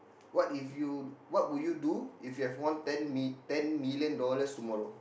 what if you what would you do if you have won ten mi~ ten million dollars tomorrow